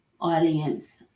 audience